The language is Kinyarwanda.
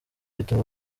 bituma